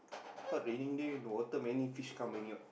thought raining day got water many fish come what